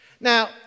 Now